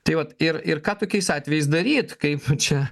tai vat ir ir ką tokiais atvejais daryt kaip čia